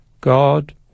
God